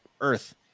earth